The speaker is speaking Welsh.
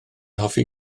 hoffi